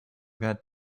got